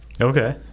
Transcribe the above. Okay